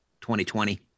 2020